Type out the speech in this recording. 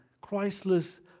Christless